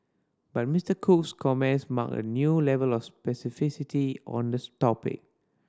but Mister Cook's comments marked a new level of specificity on the topic